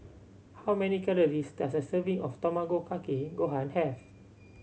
how many calories does a serving of Tamago Kake Gohan have